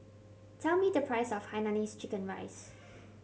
tell me the price of hainanese chicken rice